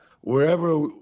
wherever